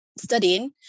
studying